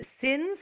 sins